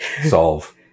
solve